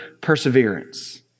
perseverance